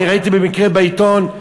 אני ראיתי במקרה בעיתון.